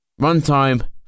Runtime